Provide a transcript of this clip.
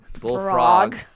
bullfrog